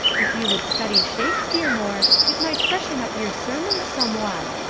if you would study shakespeare more, it might freshen up your sermons somewhat,